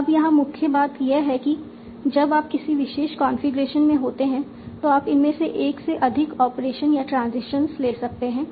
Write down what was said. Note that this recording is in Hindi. अब यहां मुख्य बात यह है कि जब आप किसी विशेष कॉन्फ़िगरेशन में होते हैं तो आप इनमें से एक से अधिक ऑपरेशन या ट्रांजिशंस ले सकते हैं